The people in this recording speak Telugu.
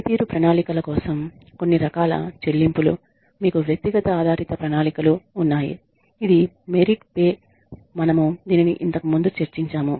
పనితీరు ప్రణాళికల కోసం కొన్ని రకాల చెల్లింపులు మీకు వ్యక్తిగత ఆధారిత ప్రణాళికలు ఉన్నాయి ఇది మెరిట్ పే మనము దీనిని ఇంతకుముందు చర్చించాము